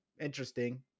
Interesting